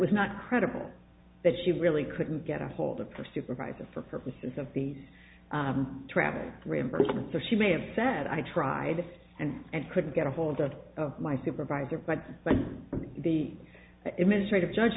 was not credible that she really couldn't get a hold of her supervisor for purposes of these travel reimbursement so she may have sad i tried and and couldn't get ahold of my supervisor but the administrators judge